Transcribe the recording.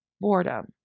boredom